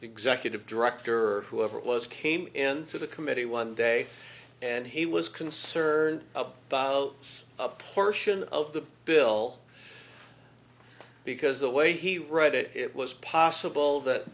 executive director whoever it was came in to the committee one day and he was concerned about a portion of the bill because the way he wrote it it was possible that